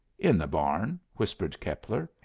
in the barn, whispered keppler.